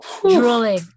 drooling